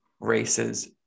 Races